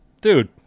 dude